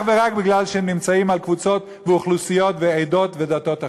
ורק כי הם נמנים עם אוכלוסיות ועדות ודתות אחרות.